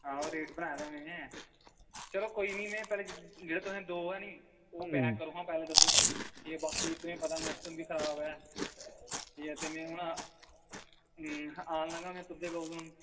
आहो रेट बनाए दा तुसें चलो कोई नी मैं पैह्ले जेह्ड़े तुसें दो ऐ नी ओह् पैक करो हां पैह्ले तुस ठीक ऐ बाकी तुसेंईं पता मौसम बी खराब ऐ केह् ऐ ते मैं हून आ आन लगा मैं तुं'दे कोल हून